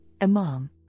Imam